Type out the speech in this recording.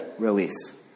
Release